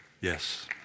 Yes